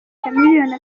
chameleone